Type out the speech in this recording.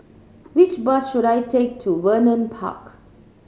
which bus should I take to Vernon Park